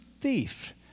thief